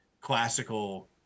classical